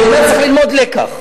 אני אומר: צריך ללמוד לקח.